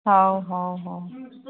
ହଉ ହଉ ହଉ